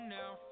now